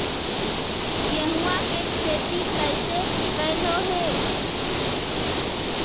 गेहूआ के खेती कैसे कैलहो हे?